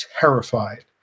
terrified